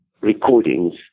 recordings